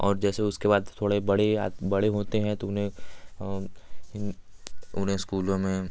और जैसे उसके बाद थोड़े बड़े आद बड़े होते हैं तो उन्हें उन्हें स्कूलों में